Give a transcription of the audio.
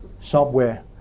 software